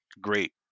Great